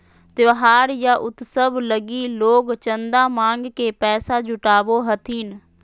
त्योहार या उत्सव लगी लोग चंदा मांग के पैसा जुटावो हथिन